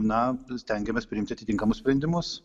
na stengiamės priimti atitinkamus sprendimus